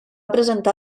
presentar